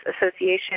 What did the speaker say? association